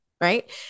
right